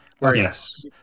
Yes